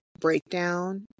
breakdown